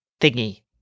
thingy